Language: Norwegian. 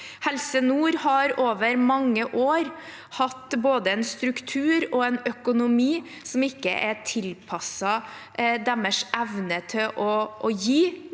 Helse Nord har over mange år hatt både en struktur og en økonomi som ikke er tilpasset deres evne til å gi